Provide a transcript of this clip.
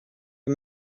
the